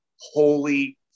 holy